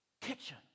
kitchen